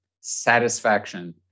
satisfaction